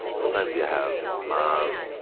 sometimes you have mom,